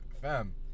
fam